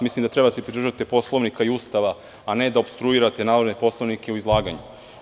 Mislim da treba da se pridržavate Poslovnika i Ustava, a ne da opstruirate narodne poslanike u izlaganju.